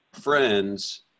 friends